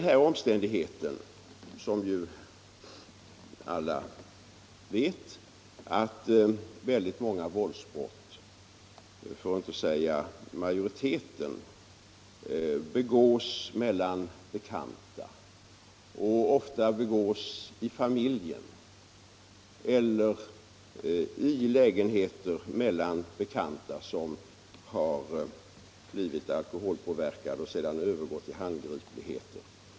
Om åtgärder för att Alla vet ju att många våldsbrott, för att inte säga majoriteten av dem, — minska antalet begås mellan bekanta och ofta i familjer eller i lägenheter mellan bekanta = våldsbrott som har blivit alkoholpåverkade och sedan övergått till handgripligheter.